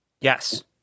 Yes